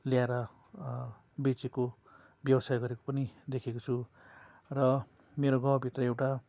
ल्याएर बेचेको व्यवसाय गरेको पनि देखेको छु र मेरो गाउँभित्र एउटा